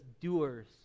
doers